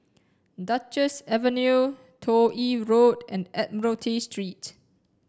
Duchess Avenue Toh Yi Road and Admiralty Street